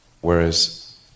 whereas